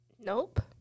Nope